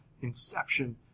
inception